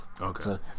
okay